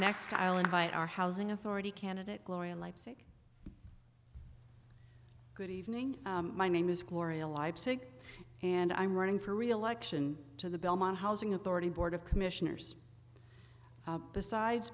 next island by our housing authority candidate gloria leipsic good evening my name is gloria leipzig and i'm running for reelection to the belmont housing authority board of commissioners besides